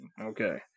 Okay